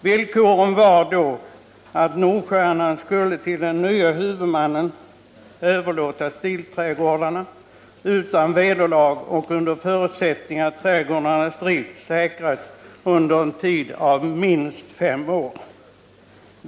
Villkoren var då att Nordstjernan skulle till den nye huvudmannen överlåta stilträdgårdarna utan vederlag och under förutsättning att trädgårdarnas drift säkrades under en tid av minst fem år.